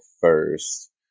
first